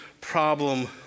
problem